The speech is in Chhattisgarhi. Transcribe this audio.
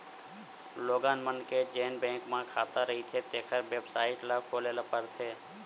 लोगन मन के जेन बैंक म खाता रहिथें तेखर बेबसाइट ल खोले ल परथे